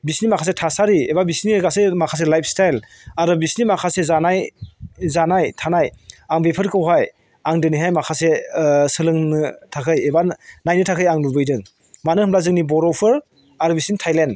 बिसोरनि माखासे थासारि एबा बिसोरनि गासै माखासे लाइफस्टाइल आरो बिसोरनि माखासे जानाय थानाय आं बेफोरखौहाय आं दिनैहाय माखासे सोलोंनो थाखाय एबा नायनो थाखाय आं लुबैदों मानो होनोब्ला जोंनि बर'फोर आरो बिसोरनि थायलेन्ड